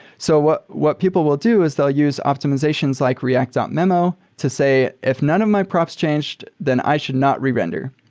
so what what people will do is they'll use optimizations like react ah memo to say if none of my profs changed, then i should not re-render.